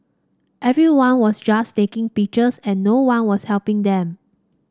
everyone was just taking pictures and no one was helping them